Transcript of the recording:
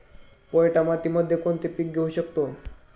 पोयटा मातीमध्ये कोणते पीक घेऊ शकतो?